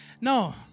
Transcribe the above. No